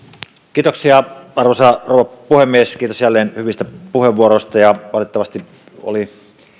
kiitoksia arvoisa rouva puhemies kiitos jälleen hyvistä puheenvuoroista valitettavasti oli